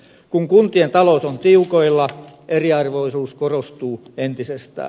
kun kuntien talous on tiukoilla eriarvoisuus korostuu entisestään